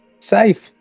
safe